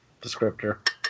descriptor